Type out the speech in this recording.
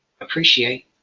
appreciate